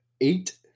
eight